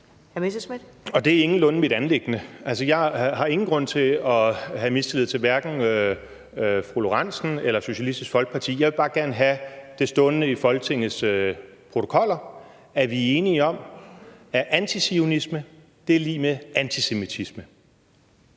Det er ingenlunde mit anliggende. Altså, jeg har ingen grund til at have mistillid til hverken fru Karina Lorentzen Dehnhardt eller Socialistisk Folkeparti. Jeg vil bare gerne have det stående i Folketingets protokoller, at vi er enige om, at antizionisme er lig med antisemitisme.